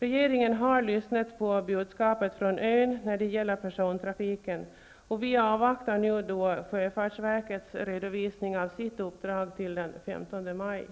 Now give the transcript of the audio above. Regeringen har lyssnat på budskapet från ön när det gäller persontrafiken, och vi avvaktar nu sjöfartsverkets redovisning av sitt uppdrag den 15 maj.